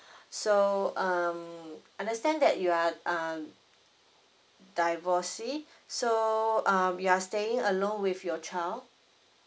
so um understand that you are um divorcee so uh you are staying alone with your child